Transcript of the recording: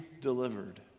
delivered